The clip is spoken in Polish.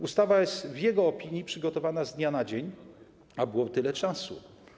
Ustawa jest w jego opinii przygotowana z dnia na dzień, a było tyle czasu.